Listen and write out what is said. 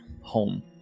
home